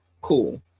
Cool